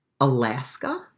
Alaska